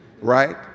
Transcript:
right